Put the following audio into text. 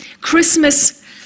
Christmas